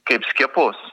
kaip skiepus